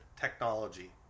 Technology